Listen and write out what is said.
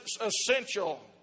essential